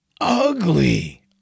ugly